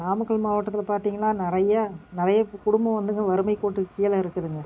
நாமக்கல் மாவட்டத்தில் பார்த்திங்கனா நிறையா நிறைய குடும்பம் வந்து இப்போ வறுமைக்கோட்டுக்கு கீழே இருக்குதுங்க